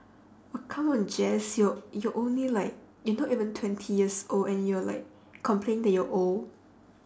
oh come on jace you're you're only like you're not even twenty years old and you are like complain that you are old